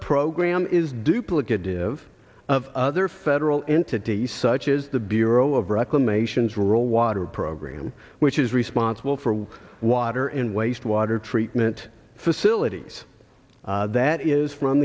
program is duplicative of other federal entity such as the bureau of reclamation is rural water program which is responsible for water and wastewater treatment facilities that is from